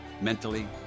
mentally